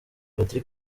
paris